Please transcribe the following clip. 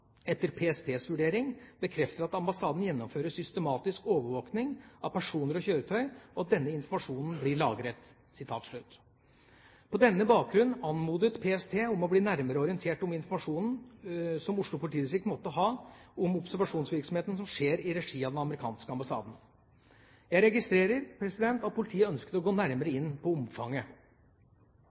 PSTs vurdering bekrefter at ambassaden gjennomfører systematisk overvåking av personer og kjøretøy, og at denne informasjonen blir lagret». På denne bakgrunn anmodet PST om å bli nærmere orientert om informasjonen som Oslo politidistrikt måtte ha om observasjonsvirksomheten som skjer i regi av den amerikanske ambassaden. Jeg registrerer at politiet ønsket å gå nærmere inn på omfanget.